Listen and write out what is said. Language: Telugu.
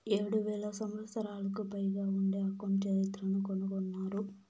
ఏడు వేల సంవత్సరాలకు పైగా ఉండే అకౌంట్ చరిత్రను కనుగొన్నారు